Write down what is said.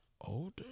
older